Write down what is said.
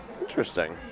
Interesting